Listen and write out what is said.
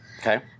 Okay